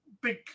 big